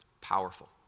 powerful